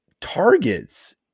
Targets